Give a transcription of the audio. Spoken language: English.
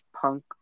punk